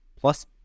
Plus